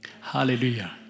Hallelujah